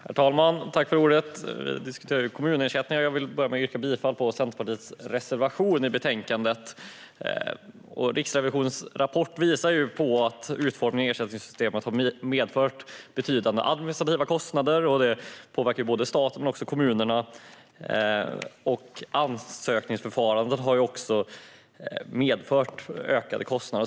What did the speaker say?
Herr talman! Vi diskuterar ju kommunersättningar. Jag vill börja med att yrka bifall till Centerpartiets reservation i betänkandet. Riksrevisionens rapport visar att utformningen i ersättningssystemen har medfört betydande administrativa kostnader, och det påverkar både statens och kommunernas kostnader. Ansökningsförfaranden har också medfört ökade kostnader.